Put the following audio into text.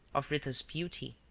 of rita's beauty.